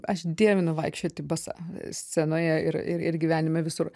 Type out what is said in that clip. aš dievinu vaikščioti basa scenoje ir ir ir gyvenime visur